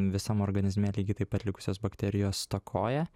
visam organizme lygiai taip pat likusios bakterijos stokoja